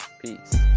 peace